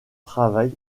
travail